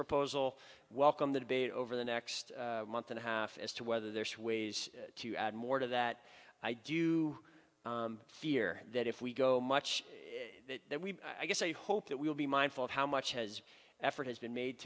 proposal welcomed the debate over the next month and a half as to whether there's ways to add more to that i do fear that if we go much then we i guess a hope that we'll be mindful of how much has effort has been made